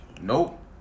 nope